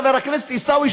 חבר הכנסת עיסאווי,